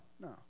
no